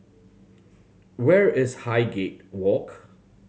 where is Highgate Walk